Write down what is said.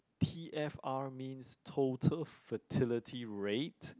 T_F_R means total fertility rate